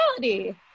reality